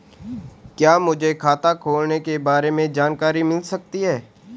क्या मुझे खाते खोलने के बारे में जानकारी मिल सकती है?